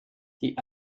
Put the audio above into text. die